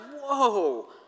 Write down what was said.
Whoa